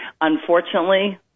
Unfortunately